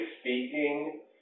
speaking